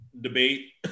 debate